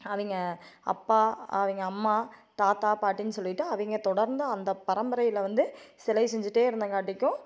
அவிங்க அப்பா அவங்க அம்மா தாத்தா பாட்டின்னு சொல்லிட்டு அவங்க தொடர்ந்து அந்த பரம்பரையில் வந்து சிலை செஞ்சுட்டே இருந்தங்காட்டிக்கும்